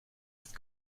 ist